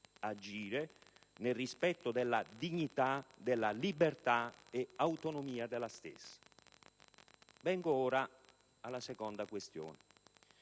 - «nel rispetto della dignità, della libertà e autonomia della stessa». Vengo ora alla seconda questione,